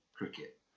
cricket